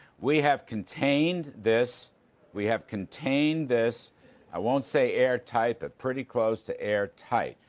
we have contained this we have contained this i won't say airtight, but pretty close to air time.